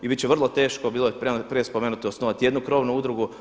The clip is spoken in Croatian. I bit će vrlo teško, bilo je prije spomenuto osnovati jednu krovnu udrugu.